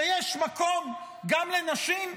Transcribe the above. שיש מקום גם לנשים?